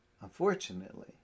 Unfortunately